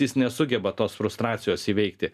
jis nesugeba tos frustracijos įveikti